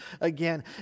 again